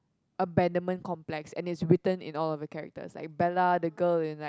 abandonment complex and it's written in all of characters like Bella the girl is like